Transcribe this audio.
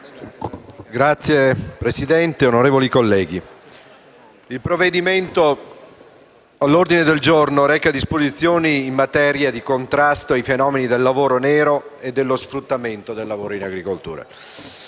Signor Presidente, onorevoli colleghi, il provvedimento all'ordine del giorno reca disposizioni in materia di contrasto ai fenomeni del lavoro nero e dello sfruttamento del lavoro in agricoltura.